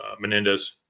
Menendez